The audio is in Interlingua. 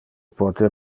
pote